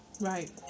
Right